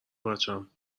بچم